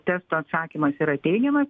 testo atsakymas yra teigiamas